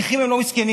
נכים הם לא מסכנים,